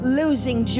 losing